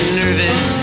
nervous